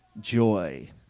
joy